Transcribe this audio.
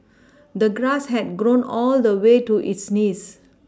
the grass had grown all the way to its knees